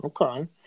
Okay